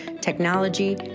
technology